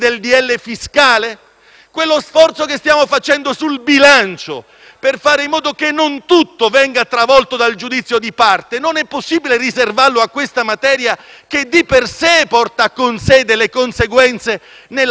Quello sforzo che stiamo sostenendo sul bilancio, per fare in modo che non tutto venga travolto dal giudizio di parte, non è possibile riservarlo a questa materia che di per sé porta delle conseguenze nella vita collettiva?